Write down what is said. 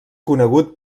conegut